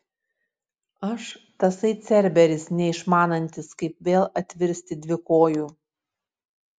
aš tasai cerberis neišmanantis kaip vėl atvirsti dvikoju